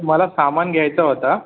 मला सामान घ्यायचा होता